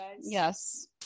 yes